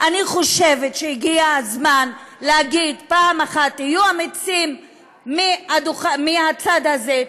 אני חושבת שהגיע הזמן להגיד פעם אחת: תהיו אמיצים מהצד הזה,